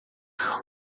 uma